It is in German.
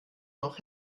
noch